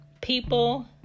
people